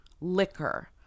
liquor